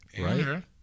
right